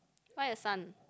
why a sun